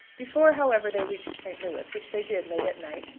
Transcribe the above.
before, however, they reached st. louis, which they did late at night,